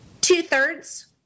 Two-thirds